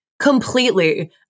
Completely